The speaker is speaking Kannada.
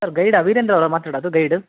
ಸರ್ ಗೈಡ್ ಅಭಿನಂದ್ ಅವರಾ ಮಾತಾಡೋದು ಗೈಡು